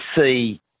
see